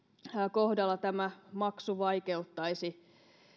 kohdalla tämä maksu vaikeuttaisi